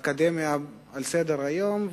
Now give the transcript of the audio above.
האקדמי על סדר-היום,